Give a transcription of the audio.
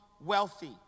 wealthy